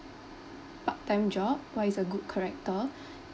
part time job what is a good character